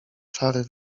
czary